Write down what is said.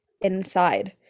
inside